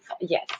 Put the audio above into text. yes